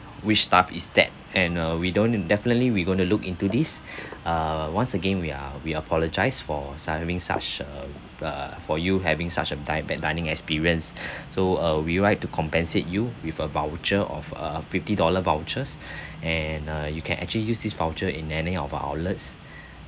which staff is that and uh we don't definitely we going to look into this uh once again we are we apologise for suffering such a uh for you having such a di~ bad dining experience so uh we want to compensate you with a voucher of uh a fifty dollar vouchers and uh you can actually use this voucher in any of our outlets